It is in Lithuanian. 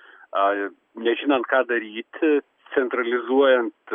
a nežinant ką daryti centralizuojant